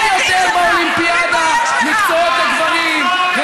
אין יותר באולימפיאדה מקצועות לגברים, תתבייש לך.